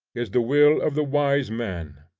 is the will of the wise man.